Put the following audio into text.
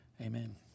amen